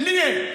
לי אין.